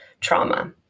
trauma